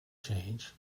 change